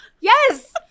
Yes